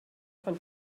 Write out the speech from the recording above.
von